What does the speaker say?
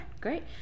great